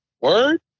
word